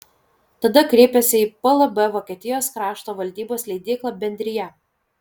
tada kreipėsi į plb vokietijos krašto valdybos leidyklą bendrija